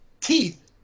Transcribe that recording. teeth